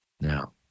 Now